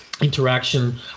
Interaction